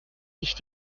nicht